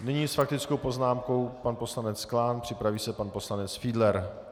Nyní s faktickou poznámkou pan poslanec Klán, připraví se pan poslanec Fiedler.